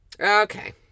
Okay